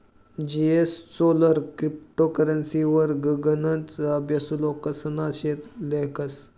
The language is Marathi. जीएसचोलर क्रिप्टो करेंसीवर गनच अभ्यासु लोकेसना लेख शेतस